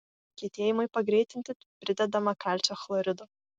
kietėjimui pagreitinti pridedama kalcio chlorido